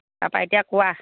তাৰপৰা এতিয়া কোৱা